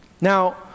Now